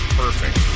perfect